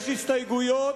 יש הסתייגויות,